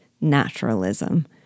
naturalism